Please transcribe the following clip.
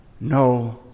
no